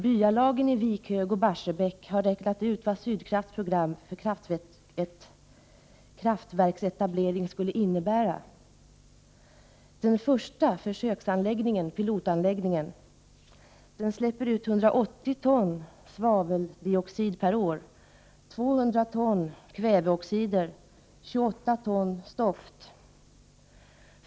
Byalagen i Vikhög och Barsebäck har räknat ut vad Sydkrafts program för kraftverksetableringen skulle innebära. Den första försöksanläggningen, pilotanläggningen, släpper ut 180 ton svaveldioxid per år, 200 ton kväveoxider och 28 ton stoft.